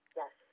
yes